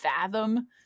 fathom